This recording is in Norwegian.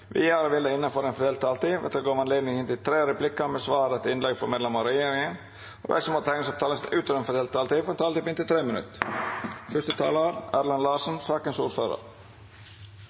Vidare vil det – innanfor den fordelte taletida – verta gjeve anledning til inntil tre replikkar med svar etter innlegg frå medlemer av regjeringa, og dei som måtte teikna seg på talarlista utover den fordelte taletida, får også ei taletid på inntil 3 minutt.